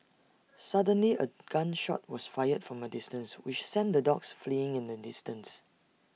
suddenly A gun shot was fired from A distance which sent the dogs fleeing in an instant